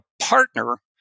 partner